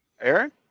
Aaron